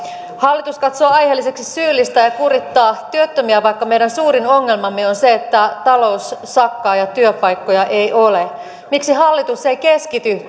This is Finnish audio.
hallitus katsoo aiheelliseksi syyllistää ja kurittaa työttömiä vaikka meidän suurin ongelmamme on se että talous sakkaa ja työpaikkoja ei ole miksi hallitus ei keskity